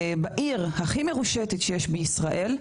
בעיר הכי מרושתת שיש בישראל,